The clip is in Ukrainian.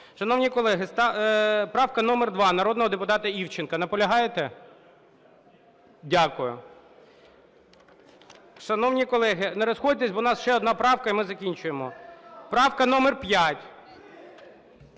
Шановні колеги, правка номер 2 народного депутата Івченка. Наполягаєте? Дякую. Шановні колеги, не розходьтеся, бо в нас ще одна правка – і ми закінчуємо. Правка номер 5…